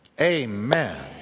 amen